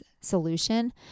solution